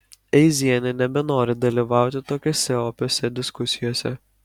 eizienė nebenori dalyvauti tokiose opiose diskusijose